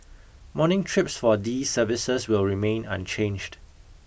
morning trips for these services will remain unchanged